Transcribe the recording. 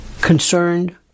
concerned